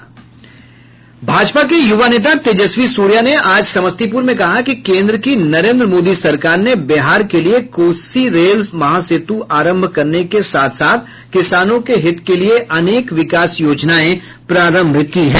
भाजपा के युवा नेता तेजस्वी सूर्या ने आज समस्तीपुर में कहा कि केन्द्र की नरेन्द्र मोदी सरकार ने बिहार के लिए कोसी रेल महासेतु आरंभ करने के साथ साथ किसानों के हित के लिए अनेक विकास योजनाएं प्रारंभ किये गये हैं